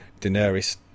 Daenerys